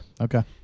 Okay